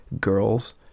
Girls